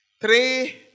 Three